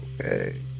Okay